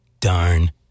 darn